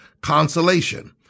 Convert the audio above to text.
consolation